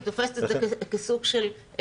אני תופסת את זה כסוג של חירום,